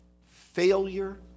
failure